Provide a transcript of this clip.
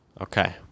Okay